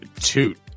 Toot